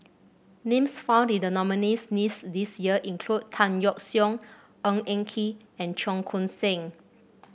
names found in the nominees' list this year include Tan Yeok Seong Ng Eng Kee and Cheong Koon Seng